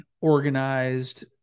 organized